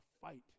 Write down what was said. fight